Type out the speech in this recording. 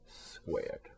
squared